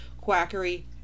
quackery